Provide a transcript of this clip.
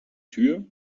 tür